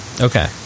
okay